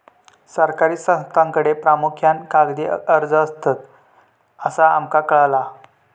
सरकारी संस्थांकडे प्रामुख्यान कागदी अर्ज असतत, असा आमका कळाला